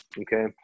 Okay